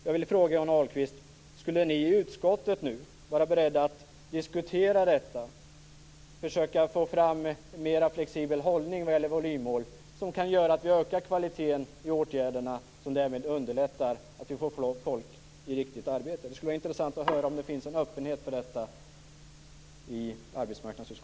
Jag vill fråga Johnny Ahlqvist: Skulle ni vara beredda att diskutera detta i utskottet och försöka få fram en mer flexibel hållning vad gäller volymmål som kan göra att vi ökar kvaliteten i åtgärderna? Det skulle underlätta för att få folk i riktigt arbete. Det skulle vara intressant att höra om det finns en öppenhet för detta i arbetsmarknadsutskottet.